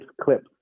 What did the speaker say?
Clips